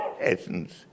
essence